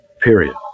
period